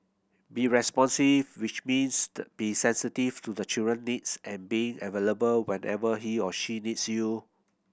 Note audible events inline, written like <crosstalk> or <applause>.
be responsive which means <unintelligible> be sensitive to the children needs and being available whenever he or she needs you